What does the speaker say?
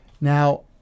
Now